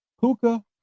Kuka